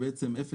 כלומר 0,